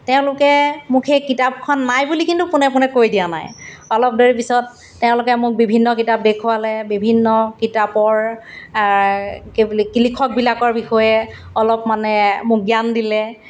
তেওঁলোকে মোক সেই কিতাপখন নাই বুলি কিন্তু পোনে পোনে কৈ দিয়া নাই অলপ দেৰি পিছত তেওঁলোকে মোক বিভিন্ন কিতাপ দেখুৱালে বিভিন্ন কিতাপৰ কি বুলি কি লিখকবিলাকৰ বিষয়ে অলপ মানে মোক জ্ঞান দিলে